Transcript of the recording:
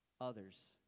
others